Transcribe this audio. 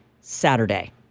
Saturday